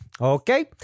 Okay